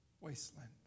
wasteland